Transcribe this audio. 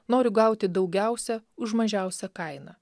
noriu gauti daugiausia už mažiausią kainą